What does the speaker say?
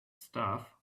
stuff